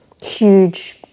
huge